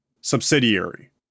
Subsidiary